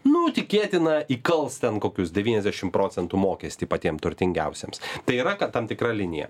nu tikėtina įkals ten kokius devyniasdešim procentų mokestį patiem turtingiausiems tai yra kad tam tikra linija